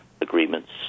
agreements